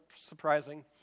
surprising